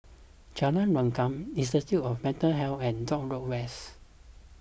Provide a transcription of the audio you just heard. Jalan Rukam Institute of Mental Health and Dock Road West